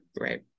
right